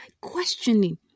questioning